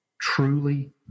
truly